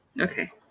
Okay